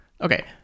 Okay